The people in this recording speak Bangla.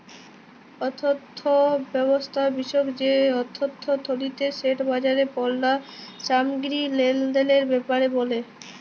অথ্থব্যবস্থা বিষয়ক যে অথ্থলিতি সেট বাজারে পল্য সামগ্গিরি লেলদেলের ব্যাপারে ব্যলে